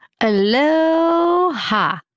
Aloha